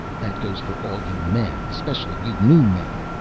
that goes for all you men, specially you new men.